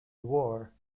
war